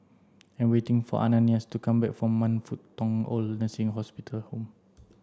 I'm waiting for Ananias to come back from Man Fut Tong OId Nursing Hospital Home